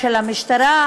המשטרה.